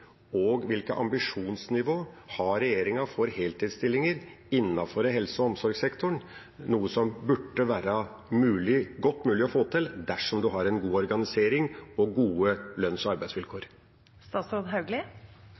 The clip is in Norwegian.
og hvilket ambisjonsnivå har regjeringen for heltidsstillinger innenfor helse- og omsorgssektoren? Dette burde være godt mulig å få til dersom en har en god organisering og gode lønns- og